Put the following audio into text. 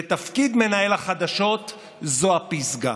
ותפקיד מנהל החדשות זו הפסגה.